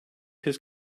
his